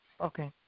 Okay